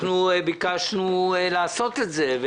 ביקשנו לעשות את זה,